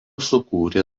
sukūrė